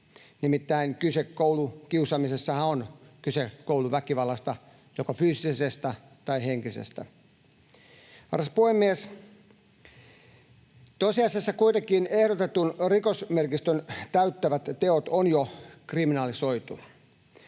Nimittäin koulukiusaamisessahan on kyse kouluväkivallasta, joko fyysisestä tai henkisestä. Arvoisa puhemies! Tosiasiassa kuitenkin ehdotetun rikosmerkistön täyttävät teot on jo kriminalisoitu.